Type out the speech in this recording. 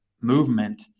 movement